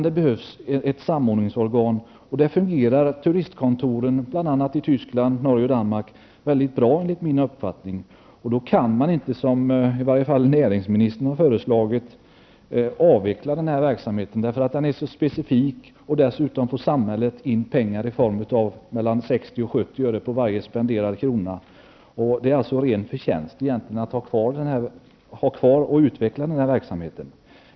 Det behövs ett samordningsorgan. Där fungerar enligt min uppfattning turistkontoren bl.a. i Tyskland, Norge och Danmark mycket bra. Då kan man inte, som näringsministern har föreslagit, avveckla verksamheten. Den är så specifik, och dessutom får samhället in 60 till 70 öre på varje spenderad krona. Det är en ren förtjänst att ha kvar och utveckla verksamheten.